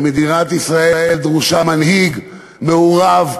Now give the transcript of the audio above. למדינת ישראל דרוש מנהיג מעורב,